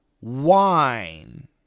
wine